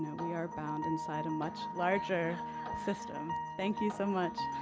yeah we are bound inside a much larger system. thank you so much.